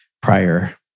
prior